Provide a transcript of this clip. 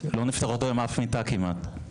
לא נפתרה כמעט אף מיטה בינתיים.